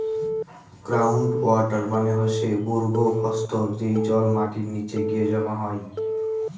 ground water মানে হসে ভূর্গভস্থ, যেই জল মাটির নিচে গিয়ে জমা হই